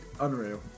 unreal